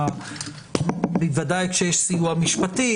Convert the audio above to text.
ודאי כשיש סיוע משפטי,